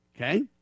okay